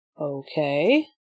Okay